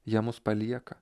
jie mus palieka